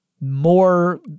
more